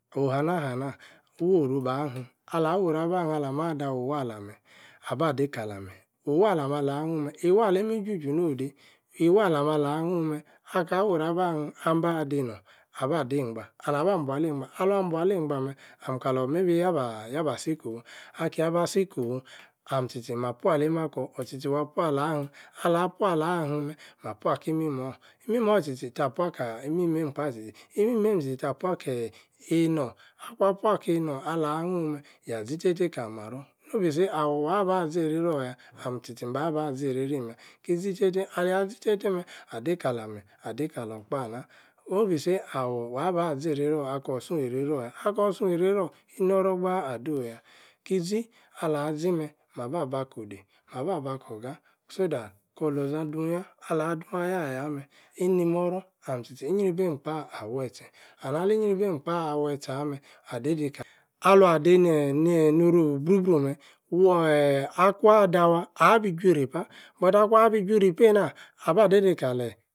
Oh'hana-hana, woru-bah-him, alah-woru-abaim, alamah-dah-wi e-walla meh, abah-dei kalami e-wallah-meh alah-huan-meh, e-walleim e-juju nah-o'dei, e-wella-meh alah nuan-meh, akah-woru-abahim, nhia-bah dei-norn, abah-dei-eigba and-abah-bualei-gbah, aluah-bualei-gbaah-meh, ankalor-maybe-yah-ba, yah-ba-si kofu, akai-bah-si-kowu, ahm tchi-tchi ma-pua-leim akor, or-tchi-tchi, wa-pua-alor ahim, alah-pualor ahim-meh, mah-pua-ki imimor, imimor tchi-tchi tah-pua-kah imimeim-kpaah tchi-tchi, imimiem tchi-tchi ta-pua-akeh-neinor, akuan-pua kei-nor. alah-ahnchiun meh, tazi-ta-tei kali-maror, no-be-say awor waba-zei reiror-yah ahm tchi-tchimba-ba zei-rei-rim yah, ki-zi tei-tei, alid zi-tei-tei meh, adei-kalami, adei-kalor-kpaah-nah. no-be-say awor wah-ba zei-rei-ro akor-sunh eirei-ro yah, akor-sunh eirei-ro. e-nor-ror gbaaah ado-yah. ki-zi, alah-zi-meh, maba-ba ko-odey maba-bah-kor-ogar so-that kor-olozadun-yah, alah-dun ayah-ayah-meh, ini-mo-ror, ahm tchi-tchi inyri-beim kpaah aweh tse and ali-inyri-beim kpaah aweh tse ameh, adei dei ka Aluan dei neh-neh no, ru-obru-bru meh, woor eeh akwan dah-wah, abi-ju-e-ripa. but akwan bi-ju-e-ripei-nah. abah dei-dei kaleh